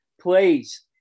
Please